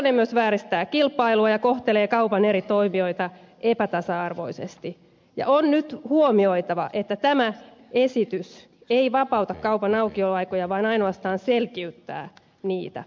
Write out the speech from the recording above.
nykytilanne myös vääristää kilpailua ja kohtelee kaupan eri toimijoita epätasa arvoisesti ja on nyt huomioitava että tämä esitys ei vapauta kaupan aukioloaikoja vaan ainoastaan selkiyttää niitä